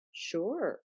Sure